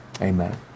Amen